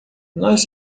nós